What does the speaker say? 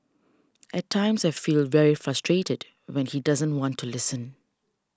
at times I feel very frustrated when he doesn't want to listen